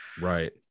Right